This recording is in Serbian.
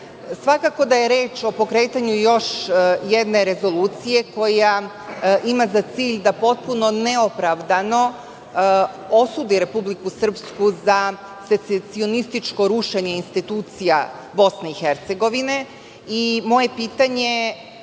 da je reč o pokretanju još jedne rezolucije koja ima za cilj da potpuno neopravdano osudi Republiku Srpsku za secesionističko rušenje institucija BiH. Moje pitanje je